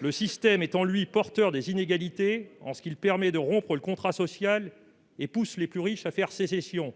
lui-même, ce système est porteur d'inégalités, car il permet de rompre le contrat social et pousse les plus riches à faire sécession.